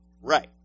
right